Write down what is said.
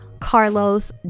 Carlos